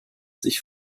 sich